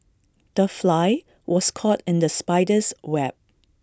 the fly was caught in the spider's web